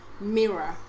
mirror